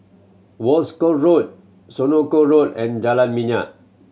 Wolskel Road Senoko Road and Jalan Minyak